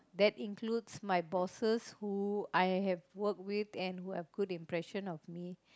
that includes my bosses who I have worked with and who have good impression of me